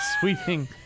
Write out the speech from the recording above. sweeping